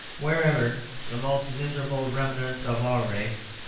wherever the most miserable remnant of our race,